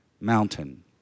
mountain